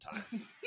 time